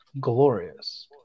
glorious